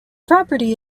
property